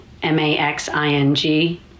m-a-x-i-n-g